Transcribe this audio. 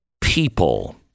people